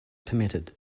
permitted